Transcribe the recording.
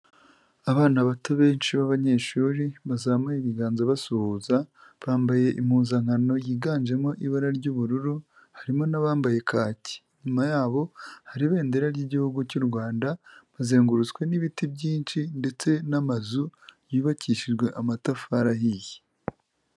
Abana bato benshi b'abanyeshuri, bazamuye ibiganza basuhuza, bambaye impuzankano yiganjemo ibara ry'ubururu, harimo n'abambaye kaki. Inyuma yabo hari ibendera ry'igihugu cy'u Rwanda. Bazengurutswe n'ibiti byinshi ndetse n'amazu yubakishijwe amatafari ahiye.